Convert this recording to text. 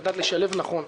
לדעת לשלב נכון.